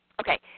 Okay